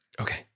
Okay